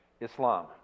Islam